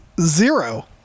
zero